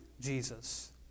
Jesus